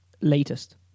Latest